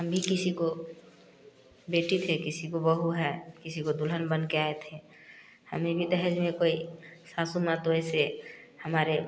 हम भी किसी को बेटी थे किसी कि बहू है किसी को दुल्हन बन के आए थे हमें भी दहेज में कोई सासु माँ तो ऐसे हमारे